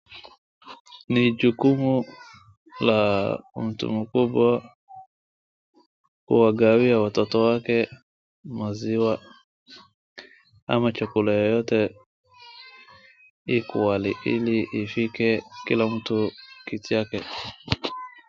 Ni jukumu la mtu mkubwa kuwagawia watoto wake maziwa ama chakula yeyote equally ili ifike kila mtu kitu yake.